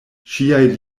ŝiaj